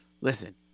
listen